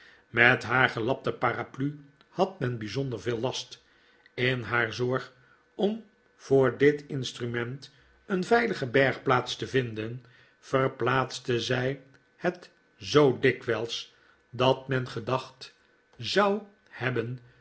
met haar gelapte paraplu had men bijzonder veel last in haar zorg om voor dit instrument een veilige bergplaats te vinden verplaatste zij het zoo dikwijls dat men gedacht zou hebben